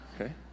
Okay